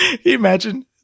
Imagine